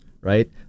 Right